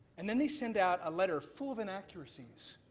and then they send out a letter full of inaccuracyies,